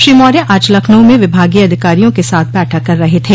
श्री मौर्य आज लखनऊ में विभागीय अधिकारियों के साथ बैठक कर रहे थे